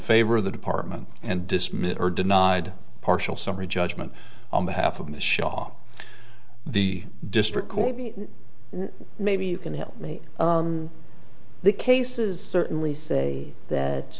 favor of the department and dismissed or denied partial summary judgment on behalf of the shaw the district court maybe you can help me the cases certainly say that